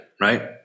right